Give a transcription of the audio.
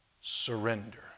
Surrender